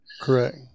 Correct